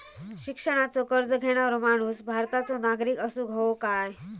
शिक्षणाचो कर्ज घेणारो माणूस भारताचो नागरिक असूक हवो काय?